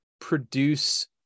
produce